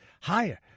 higher